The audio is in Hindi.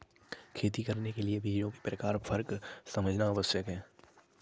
खेती करने के लिए बीजों के प्रकार में फर्क समझना आवश्यक है